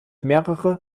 mehrere